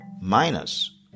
minus